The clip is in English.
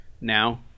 now